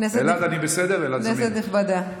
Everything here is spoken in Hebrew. כנסת נכבדה,